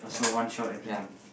yeah yeah